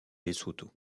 lesotho